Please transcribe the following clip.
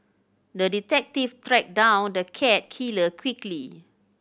the detective tracked down the cat killer quickly